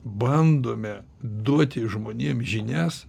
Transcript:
bandome duoti žmonėm žinias